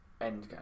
Endgame